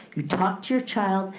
you talked to your child,